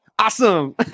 Awesome